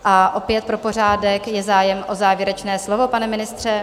A opět pro pořádek: Je zájem o závěrečné slovo, pane ministře?